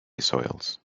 soils